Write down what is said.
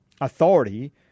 authority